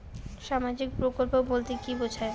সামাজিক প্রকল্প বলতে কি বোঝায়?